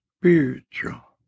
spiritual